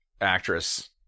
actress